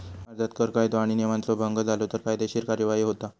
भारतीत कर कायदो आणि नियमांचा भंग झालो तर कायदेशीर कार्यवाही होता